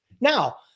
Now